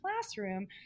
classroom